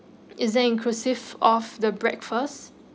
is that inclusive of the breakfast